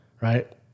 right